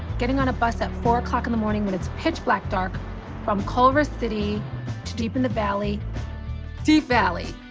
getting on a bus at four zero in the morning when it's pitch black dark from culver city to deep in the valley deep valley